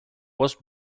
was